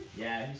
yeah,